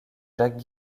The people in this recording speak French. jacques